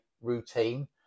routine